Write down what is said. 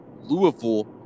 Louisville